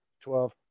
twelve